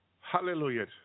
hallelujah